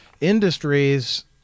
industries